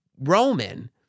Roman